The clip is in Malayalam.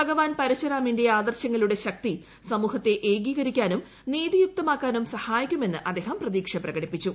ഭഗവാൻ പരശുരാമിന്റെ ആദർശങ്ങളുടെ ശക്തി സമൂഹത്തെ ഏകീകരിക്കാനും നീതിയുക്തമാക്കാനും സഹായിക്കുമെന്ന് അദ്ദേഹം പ്രതീക്ഷ പ്രകടിപ്പിച്ചു